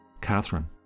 Catherine